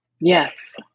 Yes